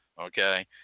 Okay